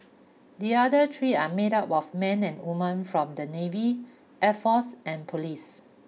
the other three are made up of men and woman from the navy air force and police